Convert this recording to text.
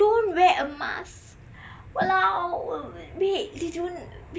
don't wear a mask !walao! wait they don't